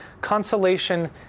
consolation